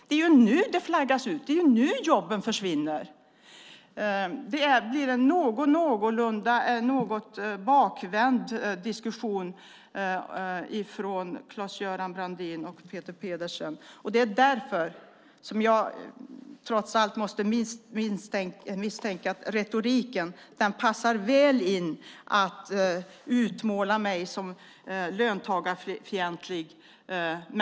Det är nu det flaggas ut. Det är nu jobben försvinner. Det blir en något bakvänd diskussion från Claes-Göran Brandins och Peter Pedersens sida. Det är därför jag trots allt måste misstänka att retoriken passar väl in i att utmåla mig som löntagarfientlig.